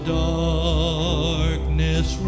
darkness